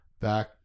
back